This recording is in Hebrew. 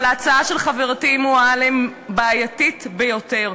אבל ההצעה של חברתי מועלם בעייתית ביותר.